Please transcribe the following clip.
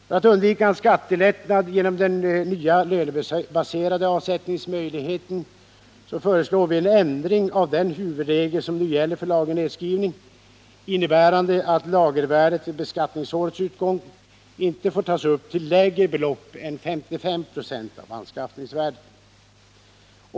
För att undvika en skattelättnad genom den nya lönebaserade avsättningsmöjligheten föreslår vi en ändring av den huvudregel som nu gäller för lagernedskrivning, innebärande att lagervärdet vid beskattningsårets utgång inte får tas upp till lägre belopp än 55 96 av anskaffningsvärdet.